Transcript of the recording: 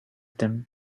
them